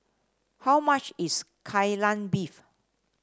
how much is Kai Lan Beef